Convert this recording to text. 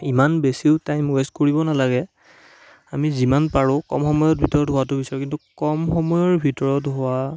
ইমান বেছিও time waste কৰিব নালাগে আমি যিমান পাৰোঁ কম সময়ৰ ভিতৰত হোৱাটো বিচাৰোঁ কিন্তু কম সময়ৰ ভিতৰত হোৱা